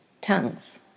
tongues